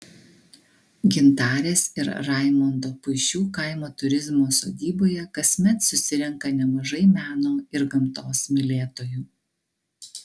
gintarės ir raimondo puišių kaimo turizmo sodyboje kasmet susirenka nemažai meno ir gamtos mylėtojų